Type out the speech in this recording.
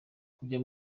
kujya